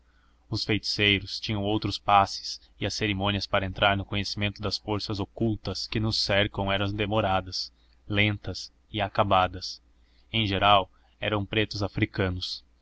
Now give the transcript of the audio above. os feiticeiros tinham outros passes e as cerimônias para entrar no conhecimento das forças ocultas que nos cercam eram demoradas lentas e acabadas em geral eram pretos africanos